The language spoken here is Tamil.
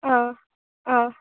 ஆ ஆ